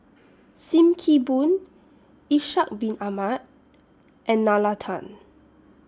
SIM Kee Boon Ishak Bin Ahmad and Nalla Tan